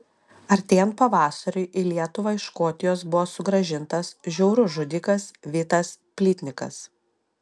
artėjant pavasariui į lietuvą iš škotijos buvo sugrąžintas žiaurus žudikas vitas plytnikas